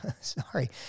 sorry